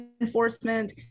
enforcement